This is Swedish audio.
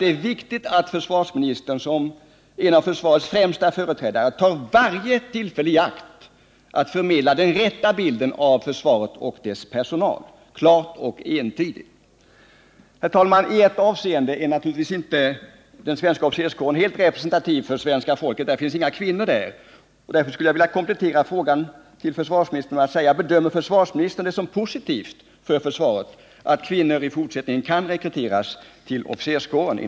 Det är viktigt att försvarsministern som en av försvarets främste företrädare tar varje tillfälle i akt att klart och entydigt förmedla den rätta bilden av försvaret och dess personal. Herr talman! I ett avseende är naturligtvis inte den svenska officerskåren helt representativ för svenska folket — det finns inga kvinnor där. Därför skulle jag vilja komplettera min fråga till försvarsministern med följande fråga: Bedömer försvarsministern det som positivt för försvaret att kvinnor i fortsättningen kan rekryteras till officerskåren?